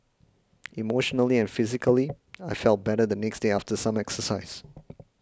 emotionally and physically I felt better the next day after some exercise